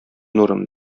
нурым